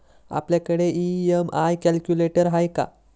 आपल्याकडे EMI calculator आहे का?